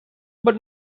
but